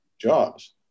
jobs